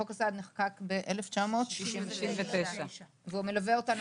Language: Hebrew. חוק הסעד נחקק ב-1969 והוא מלווה אותנו.